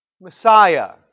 Messiah